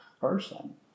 person